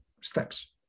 steps